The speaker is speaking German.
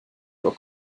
vor